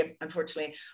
unfortunately